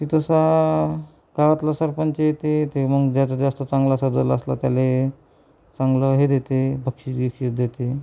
तिथं सा गावातलं सरपंच येते ते मग ज्याचं जास्त चांगलं सजवला असला त्याला चांगलं हे देते बक्षीस बिक्षीस देते